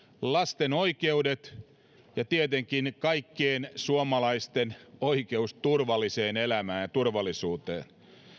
lasten oikeudet ja tietenkin kaikkien suomalaisten oikeus turvalliseen elämään ja turvallisuuteen